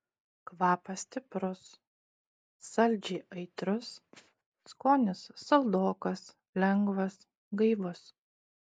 kvapas stiprus saldžiai aitrus skonis saldokas lengvas gaivus